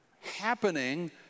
happening